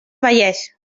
vallès